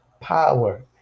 power